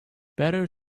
better